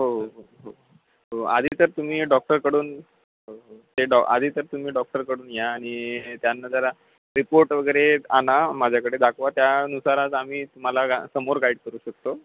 हो हो हो हो आधी तर तुम्ही डॉक्टरकडून हो हो ते डॉ आधी तर तुम्ही डॉक्टरकडून या आणि त्यांना जरा रिपोर्ट वगैरे आणा माझ्याकडे दाखवा त्यानुसारच आम्ही तुम्हाला गा समोर गाईड करू शकतो